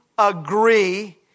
Agree